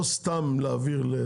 לא סתם להעביר.